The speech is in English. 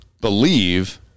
believe